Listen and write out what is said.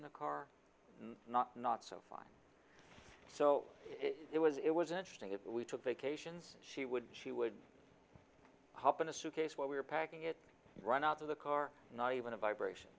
in the car not not so far so it was it was interesting that we took vacations she would she would hop in a suitcase while we were packing it run out of the car not even a vibration